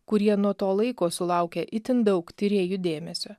kurie nuo to laiko sulaukia itin daug tyrėjų dėmesio